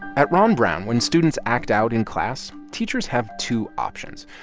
at ron brown, when students act out in class, teachers have two options.